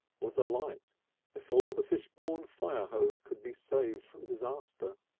was alight before the fishbourne fire hose could be saved from disaster.